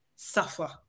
Suffer